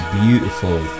beautiful